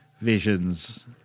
visions